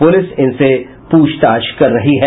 police इनसे पूछताछ कर रही है